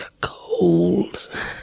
cold